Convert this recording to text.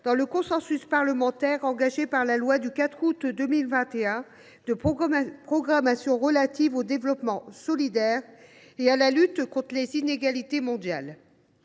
dans le consensus parlementaire cristallisé dans la loi du 4 août 2021 de programmation relative au développement solidaire et à la lutte contre les inégalités mondiales.